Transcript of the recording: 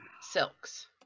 silks